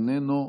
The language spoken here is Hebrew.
איננו,